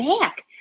back